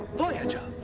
voyager,